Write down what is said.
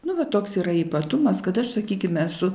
nu va toks yra ypatumas kad aš sakykim esu